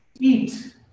eat